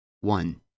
One